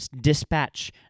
dispatch